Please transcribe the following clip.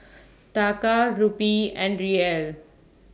Taka Rupee and Riel